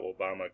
Obama